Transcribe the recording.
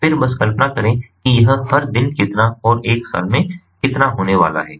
फिर बस कल्पना करें कि यह हर दिन कितना और एक साल में कितना होने वाला है